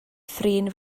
thrin